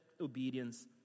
obedience